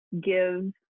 give